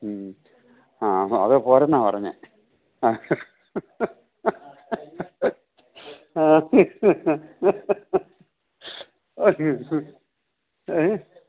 മ്മ് ആ അത് പോര എന്നാണ് പറഞ്ഞത് ആ ഓക്കെ ഏ